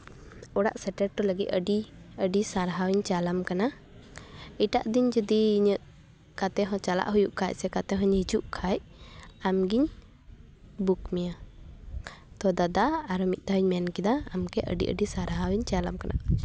ᱚᱲᱟᱜ ᱥᱮᱴᱮᱨ ᱦᱚᱴᱚ ᱞᱟᱹᱜᱤᱫ ᱟᱹᱰᱤᱼᱟᱹᱰᱤ ᱥᱟᱨᱦᱟᱣᱤᱧ ᱪᱟᱞ ᱟᱢ ᱠᱟᱱᱟ ᱮᱴᱟᱜ ᱫᱤᱱ ᱡᱩᱫᱤ ᱤᱧᱟᱹᱜ ᱚᱠᱟ ᱛᱮᱦᱚᱸ ᱪᱟᱞᱟᱜ ᱦᱩᱭᱩᱜ ᱠᱷᱟᱱ ᱥᱮ ᱚᱠᱟᱛᱮᱦᱚᱧ ᱦᱤᱡᱩᱜ ᱠᱷᱟᱱ ᱟᱢᱜᱤᱧ ᱵᱩᱠ ᱢᱮᱭᱟ ᱛᱚ ᱫᱟᱫᱟ ᱟᱨ ᱢᱤᱫ ᱫᱷᱟᱣ ᱢᱮᱱ ᱠᱮᱫᱟ ᱟᱢᱜᱮ ᱟᱹᱰᱤᱼᱟᱹᱰᱤ ᱥᱟᱨᱦᱟᱣᱤᱧ ᱪᱟᱞ ᱟᱢ ᱠᱟᱱᱟ